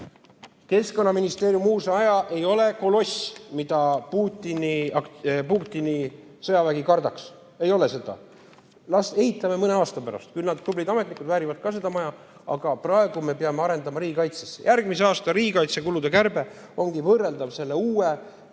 Keskkonnaministeeriumi uus maja ei ole koloss, mida Putini sõjavägi kardaks. See ei ole seda! Ehitame selle mõne aasta pärast. Jah, tublid ametnikud väärivad seda maja, aga praegu me peame arendama riigikaitset. Järgmise aasta riigikaitsekulude kärbe ongi võrreldav selle uue